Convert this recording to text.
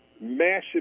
massive